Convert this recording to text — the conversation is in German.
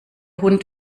hund